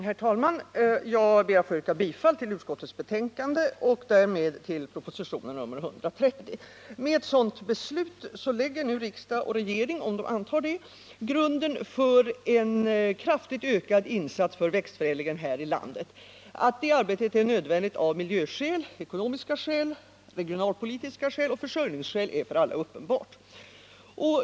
Herr talman! Jag ber att få yrka bifall till utskottets hemställan och därmed till propositionen 130. Med ett beslut i enlighet med propositionen lägger riksdag och regering grunden för en kraftigt ökad insats för växtförädlingen här i landet. Att detta arbete är nödvändigt av miljöskäl, ekonomiska skäl, regionalpolitiska skäl och försörjningsskäl är för alla uppenbart.